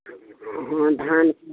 हँ धान